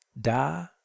Da